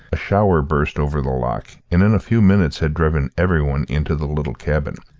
a shower burst over the loch and in a few minutes had driven every one into the little cabin,